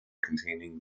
containing